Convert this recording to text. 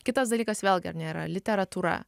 kitas dalykas vėlgi ar ne yra literatūra